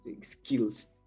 skills